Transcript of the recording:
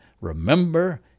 remember